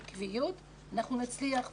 מקצועיות ובעקביות אנחנו נצליח.